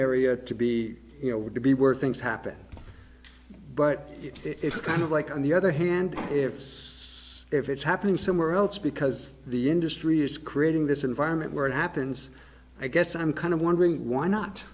area to be you know would be were things happen but it's kind of like on the other hand if so if it's happening somewhere else because the industry is creating this environment where it happens i guess i'm kind of wondering why not